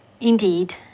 Indeed